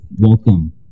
Welcome